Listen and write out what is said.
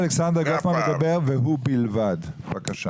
אלכסנדר גופמן, אתה רוצה